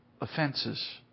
offenses